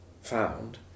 found